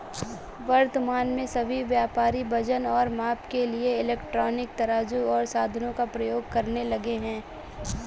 वर्तमान में सभी व्यापारी वजन और माप के लिए इलेक्ट्रॉनिक तराजू ओर साधनों का प्रयोग करने लगे हैं